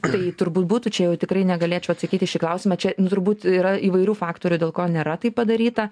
tai turbūt būtų čia jau tikrai negalėčiau atsakyt į šį klausimą čia nu turbūt yra įvairių faktorių dėl ko nėra taip padaryta